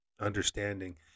understanding